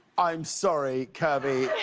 i'm sorry, kirby,